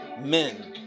men